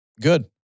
Good